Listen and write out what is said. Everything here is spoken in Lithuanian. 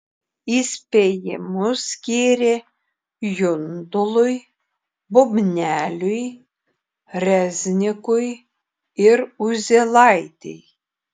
įspėjimus skyrė jundului bubneliui reznikui ir uzielaitei